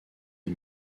est